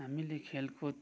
हामीले खेलकुद